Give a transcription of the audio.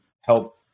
help